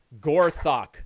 Gorthok